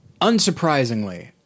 Unsurprisingly